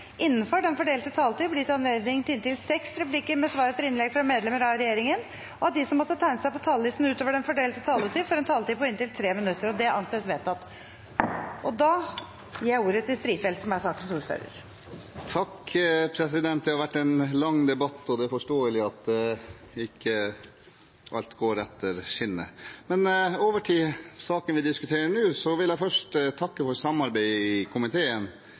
innenfor den fordelte taletid – blir gitt anledning til inntil seks replikker med svar etter innlegg fra medlemmer av regjeringen, og at de som måtte tegne seg på talerlisten utover den fordelte taletid, får en taletid på inntil 3 minutter. – Det anses vedtatt. Det har vært en lang debatt, og det er forståelig at ikke alt går på skinner – men over til saken vi skal diskutere nå. Først vil jeg takke for samarbeidet i komiteen